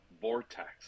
Vortex